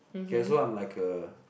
okay so I'm like a